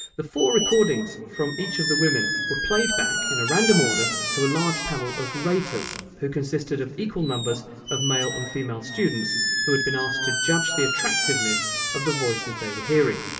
the four recordings from each of the women were played back in a random order to a large panel of raters who consisted of equal numbers of male and female students who had been asked to judge the attractiveness of the voices they were hearing.